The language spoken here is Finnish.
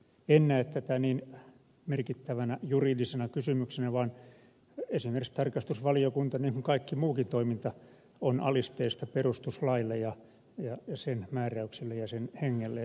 en näe tätä niin merkittävänä juridisena kysymyksenä vaan esimerkiksi tarkastusvaliokunnan työ niin kuin kaikki muukin toiminta on alisteista perustuslaille ja sen määräyksille ja sen hengelle